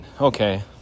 Okay